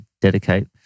dedicate